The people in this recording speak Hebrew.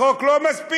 החוק לא מספיק,